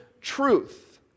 truth